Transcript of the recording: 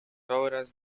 obras